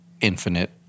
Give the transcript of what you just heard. Infinite